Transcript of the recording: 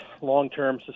long-term